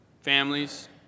families